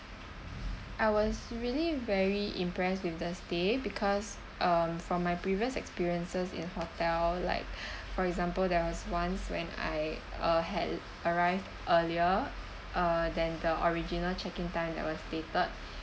I was really very impressed with the stay because um from my previous experiences in hotel like for example there was once when I uh had arrived earlier uh than the original check in time that was stated